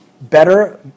better